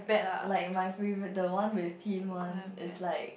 like my prev~ the one with him one is like